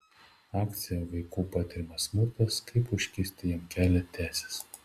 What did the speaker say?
akcija vaikų patiriamas smurtas kaip užkirsti jam kelią tęsis